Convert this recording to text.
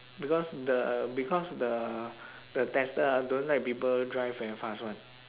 because the because the the tester ah don't like people drive very fast [one]